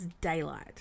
daylight